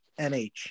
NH